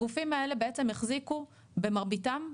הגופים האלה החזיקו, במרביתם,